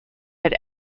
had